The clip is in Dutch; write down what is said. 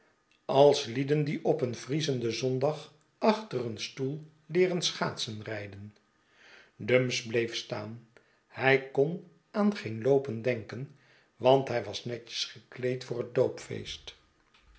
als lieden die op een vriezenden zondag achter een stoel leeren schaatsenrijden dumps bleef staan hij kon aan geen loopen denken want hij was netjes gekleed voor het doopfeest